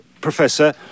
Professor